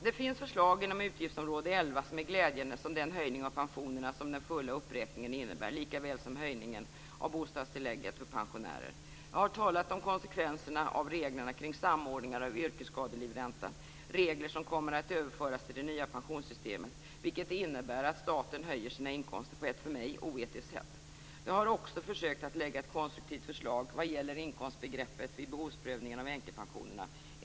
Det finns förslag inom utgiftsområde 11 som är glädjande, t.ex. den höjning av pensionerna som den fulla uppräkningen innebär samt höjningen av bostadstillägget för pensionärer. Jag har talat om konsekvenserna av reglerna kring samordningen av yrkesskadelivränta. Dessa regler kommer att överföras till det nya pensionssystemet, vilket innebär att staten höjer sina inkomster på ett för mig oetiskt sätt. Jag har också försökt att lägga fram ett konstruktivt förslag vad gäller inkomstbegreppet vid behovsprövningen av änkepensionerna.